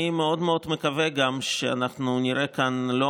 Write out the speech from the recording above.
אני מקווה מאוד מאוד גם שאנחנו נראה כאן עוד